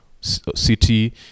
city